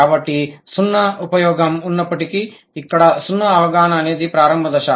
కాబట్టి 0 సున్నా ఉపయోగం ఉన్నప్పటికీ ఇక్కడ 0 సున్నా అవగాహన అనేది ప్రారంభ దశ